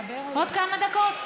עוד כמה דקות?